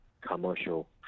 commercial